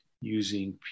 using